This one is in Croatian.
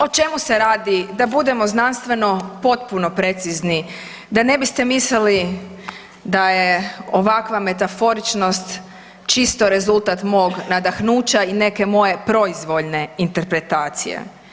O čemu se radi, da bude znanstveno potpuno precizni, da biste mislili da je ovakva metaforičnost čisto rezultat mog nadahnuća i neke moje proizvoljne interpretacije.